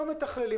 לא מתכללים.